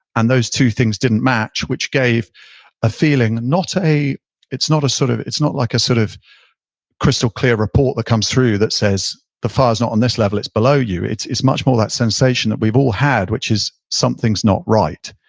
and those two things didn't match, which gave a feeling, and not a, it's not sort of it's not like a sort of crystal clear report that comes through that says the fire's not on this level, it's below you. it's it's much more that sensation that we've all had, which is something's not right.